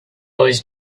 was